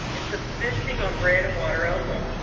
and subsisting on bread and water only.